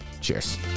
Cheers